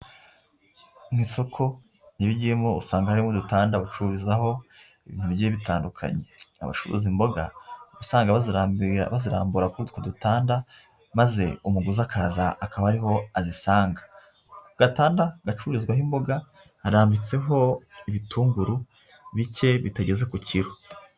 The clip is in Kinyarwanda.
Mu isoko iyo ugiyemo usanga harimo udutanda bacururizaho ibintu bigiye bitandukanye. Abacuruza imboga usanga bazirambura kuri utwo dutanda, maze umuguzi akaza akaba ariho azisanga. Ku gatanda gacururizwaho imboga harambitseho ibitunguru bike bitageze ku kiro.